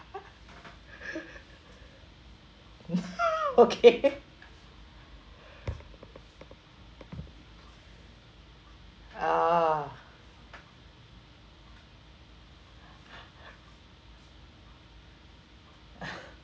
okay uh